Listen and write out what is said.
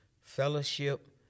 fellowship